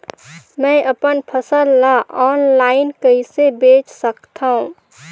मैं अपन फसल ल ऑनलाइन कइसे बेच सकथव?